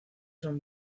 son